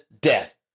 death